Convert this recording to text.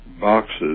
boxes